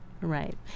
right